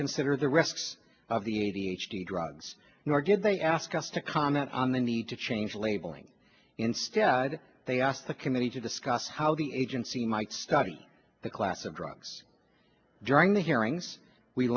consider the arrests of the h d drugs nor did they ask us to comment on the need to change labeling instead they asked the committee to discuss how the agency might study the class of drugs during the hearings we